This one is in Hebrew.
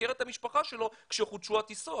לבקר את המשפחה שלו כשחודשו הטיסות,